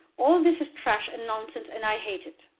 all this is trash and nonsense, and i hate it.